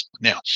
Now